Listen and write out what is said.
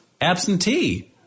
absentee